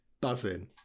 buzzing